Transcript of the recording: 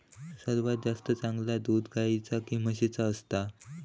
सर्वात जास्ती चांगला दूध गाईचा की म्हशीचा असता?